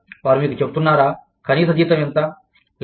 వారు మీకు చెప్తున్నారా కనీస జీతం ఎంత లేదా